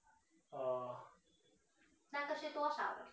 uh